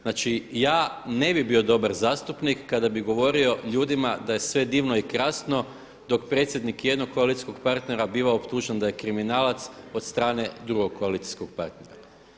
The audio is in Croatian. Znači, ja ne bih bio dobar zastupnik kada bih govorio ljudima da je sve divno i krasno dok predsjednik jednog koalicijskog partnera biva optužen da je kriminalac od strane drugog koalicijskog partnera.